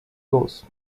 los